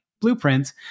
blueprints